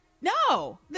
No